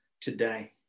today